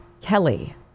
Kelly